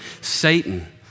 Satan